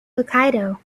hokkaido